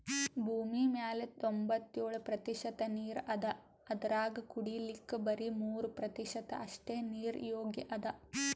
ಭೂಮಿಮ್ಯಾಲ್ ತೊಂಬತ್ತೆಳ್ ಪ್ರತಿಷತ್ ನೀರ್ ಅದಾ ಅದ್ರಾಗ ಕುಡಿಲಿಕ್ಕ್ ಬರಿ ಮೂರ್ ಪ್ರತಿಷತ್ ಅಷ್ಟೆ ನೀರ್ ಯೋಗ್ಯ್ ಅದಾ